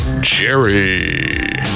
Jerry